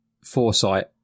foresight